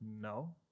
No